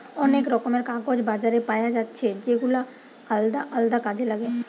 অনেক রকমের কাগজ বাজারে পায়া যাচ্ছে যেগুলা আলদা আলদা কাজে লাগে